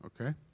Okay